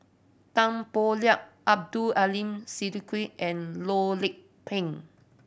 Tan Boo Liat Abdul Aleem Siddique and Loh Lik Peng